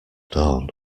dawn